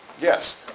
Yes